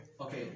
Okay